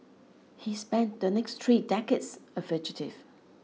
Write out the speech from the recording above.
he spent the next three decades a fugitive